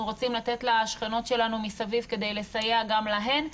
רוצים לתת לשכנות שלנו מסביב כדי לסייע גם להם.